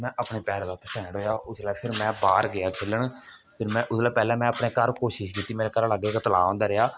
कि में अपने पैरें दे उप्पर स्टैंड होया जिसलै में फिर बाहर गेआ खेलन फिर में ओहदे कोला पैहले में अपने घार कोशिश कीती मेरे घरे दे लागे इक तला होंदा रेहा